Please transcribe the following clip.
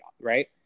right